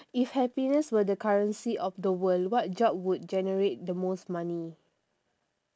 if happiness were the currency of the world what job will generate the most money